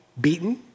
beaten